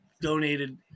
donated